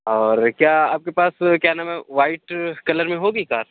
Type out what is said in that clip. اور کیا آپ کے پاس کیا نام ہے وائٹ کلر میں ہوگی کار